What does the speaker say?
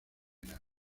era